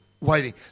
waiting